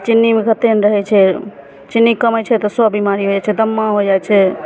चिन्नीमे जेतेक ने रहै छै चिन्नी कमै छै तऽ सए बिमारी होइ छै दम्मा हो जाइ छै